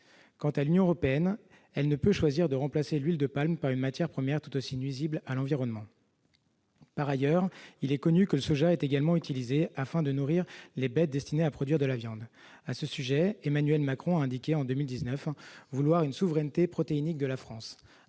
Quant à l'Union européenne, elle ne peut choisir de remplacer l'huile de palme par une matière première tout aussi nuisible à l'environnement. On sait que le soja est également utilisé pour nourrir les bêtes destinées à produire de la viande. À ce sujet, Emmanuel Macron a indiqué en 2019 vouloir une souveraineté protéinique de la France.